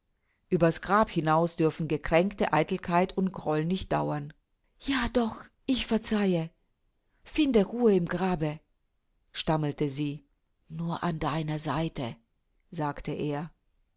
ueber's grab hinaus dürfen gekränkte eitelkeit und groll nicht dauern ja doch ich verzeihe finde ruhe im grabe stammelte sie nur an deiner seite sagte er